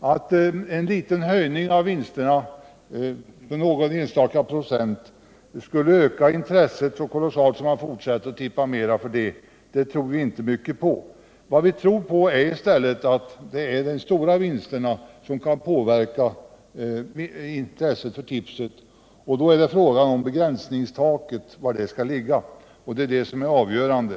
Att en höjning av vinsterna med någon enstaka procent skulle öka intresset så kolossalt att man i fortsättningen tippar mer, tror vi inte på. Vad vi tror är i stället att det är de stora vinsterna som kan påverka intresset för tippning, och då blir det fråga om var taket skall ligga. Det är det som är avgörande.